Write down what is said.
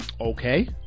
Okay